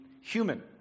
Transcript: human